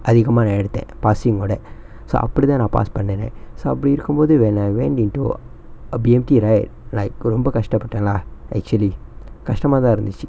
அதிகமா நா எடுத்த:athigamaa naa edutha passing ஓட:oda so அப்டிதா நா:apdithaa naa pass பண்ண:panna right so அப்டி இருக்கும்போது:apdi irukkumpothu when I went into uh B_M_T right like ரொம்ப கஷ்ட பட்ட:romba kashta patta lah actually கஷ்டமாதா இருந்துச்சு:kashtamathaa irunthuchu